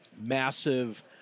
massive